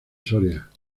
soria